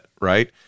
right